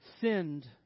sinned